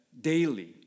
daily